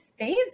faves